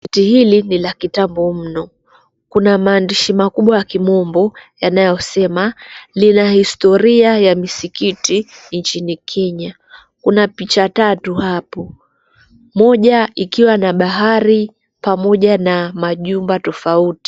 Gazeti hili ni la kitambo mno. Kuna maandishi makubwa ya kimombo yanayosema lina historia ya misikiti nchini Kenya. Kuna picha tatu hapo, moja ikiwa na bahari pamoja na majumba tofauti.